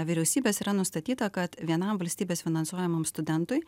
vyriausybės yra nustatyta kad vienam valstybės finansuojamam studentui